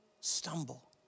stumble